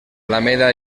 alameda